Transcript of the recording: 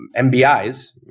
MBIs